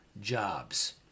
jobs